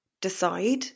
Decide